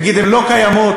יגיד: הן לא קיימות,